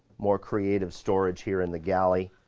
more creative storage here in the galley.